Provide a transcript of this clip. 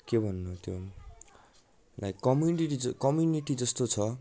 के भन्नु त्यो लाइक कमुनिटी कम्युनिटीजस्तो छ